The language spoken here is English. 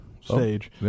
stage